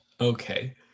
okay